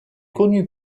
connue